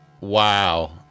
Wow